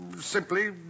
simply